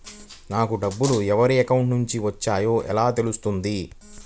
నాకు డబ్బులు ఎవరి అకౌంట్ నుండి వచ్చాయో ఎలా తెలుస్తుంది?